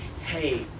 hey